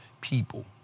people